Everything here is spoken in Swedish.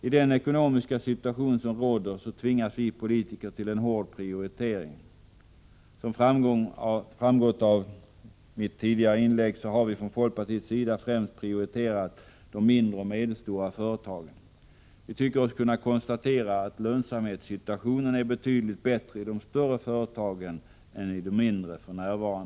I den ekonomiska situation som råder tvingas vi politiker till en hård prioritering. Som framgått av mitt tidigare inlägg har vi från folkpartiets sida främst prioriterat de mindre och medelstora företagen. Vi tycker oss kunna konstatera att lönsamhetssituationen för närvarande är betydligt bättre i de större företagen än i de mindre.